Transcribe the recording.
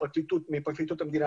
מפרקליטות המדינה,